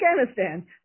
Afghanistan